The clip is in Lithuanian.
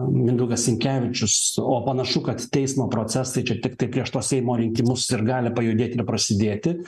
mindaugas sinkevičius o panašu kad teismo procesai čia tiktai prieš tuos seimo rinkimus ir gali pajudėti ir prasidėti